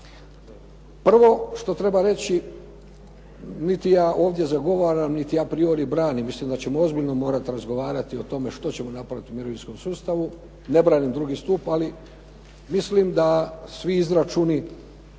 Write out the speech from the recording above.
Prvo što treba reći, niti ja ovdje zagovaram niti a priori branim. Mislim da ćemo ozbiljno morati razgovarati o tome što ćemo napraviti u mirovinskom sustavu, ne branim II. stup, ali mislim da svi izračuni,